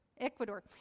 Ecuador